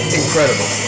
incredible